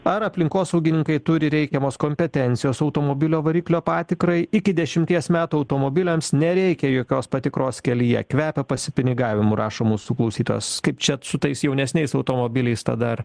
ar aplinkosaugininkai turi reikiamos kompetencijos automobilio variklio patikrai iki dešimties metų automobiliams nereikia jokios patikros kelyje kvepia pasipinigavimu rašo mūsų klausytojas kaip čia su tais jaunesniais automobiliais tą dar